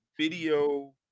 video